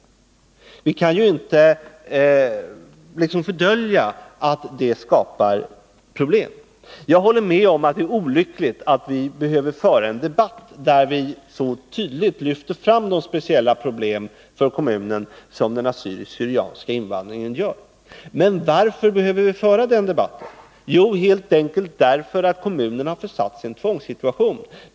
Vi kan inte fördölja att det skapar problem. Jag håller med om att det är olyckligt att vi behöver föra en debatt där vi så tydligt lyfter fram de speciella problem för kommunen som den assyriska/ syrianska invandringen innebär, men varför behöver vi föra den debatten? Jo, helt enkelt därför att kommunen har försatts i en tvångssituation.